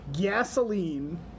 gasoline